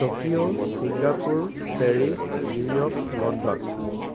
Tokyo Singapore Paris New York London